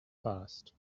past